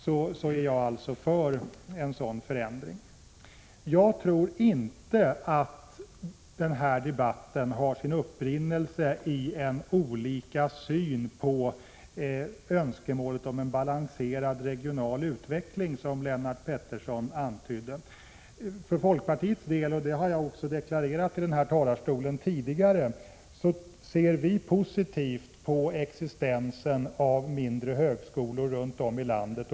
Därför är jag för en ändring. Jag tror inte att den här debatten har sin upprinnelse i olika syn på önskemålet om en balanserad regional utveckling, vilket antyddes av Lennart Pettersson. Folkpartiet ser — och det har jag tidigare deklarerat i denna talarstol — positivt på existensen av mindre högskolor runt om i landet.